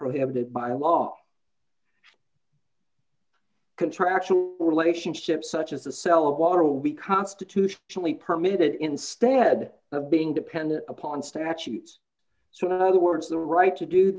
prohibited by law contractual relationship such as the cell of water will be constitutionally permitted instead of being dependent upon statutes so in other words the right to d